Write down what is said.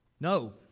No